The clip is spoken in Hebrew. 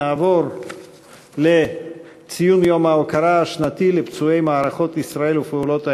נעבור לציון יום ההוקרה השנתי לפצועי מערכות ישראל ופעולות האיבה,